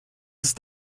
ist